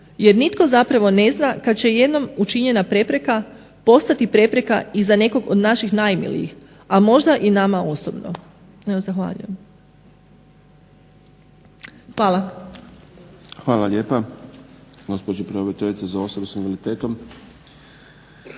jer nitko zapravo ne zna kada će jednom učinjena prepreka postati prepreka i za nekog od naših najmilijih a možda i nama osobno. Evo zahvaljujem. Hvala. **Šprem, Boris (SDP)** Hvala lijepa